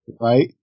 right